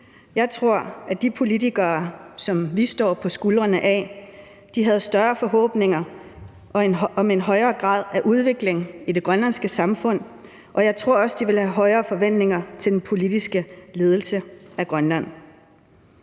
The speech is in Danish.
Jeg tror, at de politikere, som vi står på skuldrene af, havde større forhåbninger om en højere grad af udvikling i det grønlandske samfund, og jeg tror også, at de ville have haft højere forventninger til den politiske ledelse af Grønland.